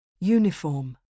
Uniform